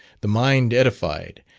the mind edified,